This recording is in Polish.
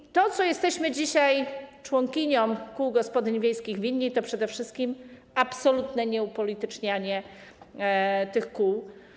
I to, co jesteśmy dzisiaj członkiniom kół gospodyń wiejskich winni, to przede wszystkim absolutne nieupolitycznianie tych kół.